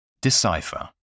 Decipher